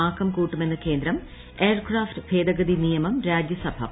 ആക്കം കൂട്ടുമെന്ന് കേന്ദ്രം എ്യർക്രാഫ്റ്റ് ഭേദഗതി നിയമം രാജ്യസഭ പാസാക്കി